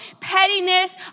pettiness